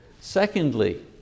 Secondly